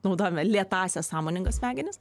naudojame lėtąsias sąmoningas smegenis